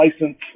license